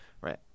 Right